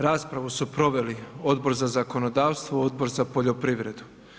Raspravu su proveli Odbor za zakonodavstvo i Odbor za poljoprivredu.